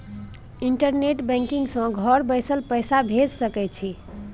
internet banking सँ घर बैसल पैसा भेज सकय छी